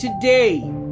Today